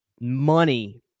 money